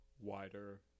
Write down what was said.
Wider